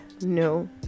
no